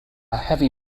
heavy